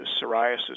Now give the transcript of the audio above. psoriasis